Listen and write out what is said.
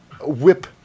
whip